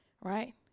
right